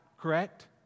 Correct